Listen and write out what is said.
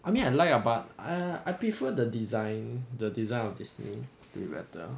I mean I like ah but I prefer the design the design of disney will be better